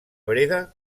breda